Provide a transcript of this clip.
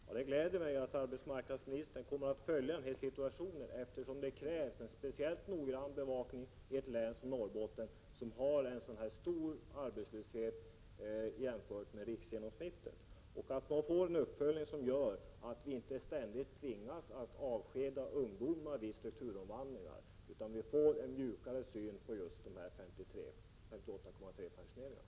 Fru talman! Det gläder mig att arbetsmarknadsministern kommer att följa utvecklingen, eftersom det krävs en speciellt noggrann bevakning i ett län som Norrbotten, som har en så hög arbetslöshet jämfört med riksgenomsnittet. Jag hoppas att uppföljningen innebär att ungdomar inte ständigt skall avskedas vid strukturomvandlingar och att det blir ett mjukare synsätt på just 58,3-pensioneringarna.